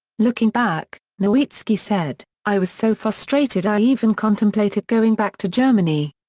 looking back, nowitzki said i was so frustrated i even contemplated going back to germany.